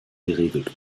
geregelt